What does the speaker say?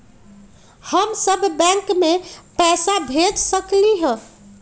हम सब बैंक में पैसा भेज सकली ह?